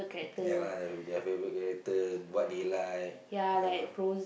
ya lah their their favourite character what they like you know